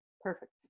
perfect